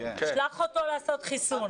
שלח אותו לעשות חיסון מהר.